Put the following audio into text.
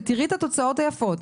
ותראי את התוצאות היפות.